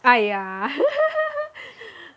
!aiya!